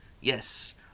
yes